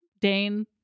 Dane